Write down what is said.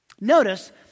Notice